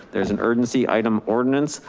there's an urgency item, ordinance,